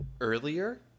earlier